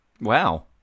Wow